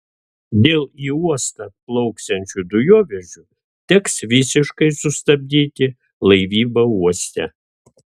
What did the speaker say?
dėl į uostą atplauksiančių dujovežių teks visiškai sustabdyti laivybą uoste